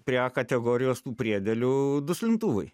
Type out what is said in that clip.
prie a kategorijos tų priedėlių duslintuvai